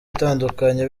itandukanye